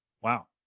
wow